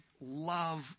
love